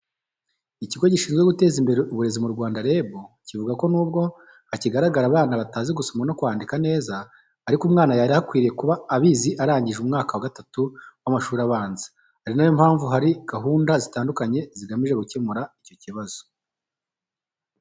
Ikigo Gishinzwe Guteza Imbere Uburezi mu Rwanda (REB), kivuga ko nubwo hakigaragara abana batazi gusoma no kwandika neza, ariko umwana yari akwiye kuba abizi arangije umwaka wa gatatu w’amashuri abanza, ari na yo mpamvu hari gahunda zitandukanye zigamije gukemura icyo kibazo.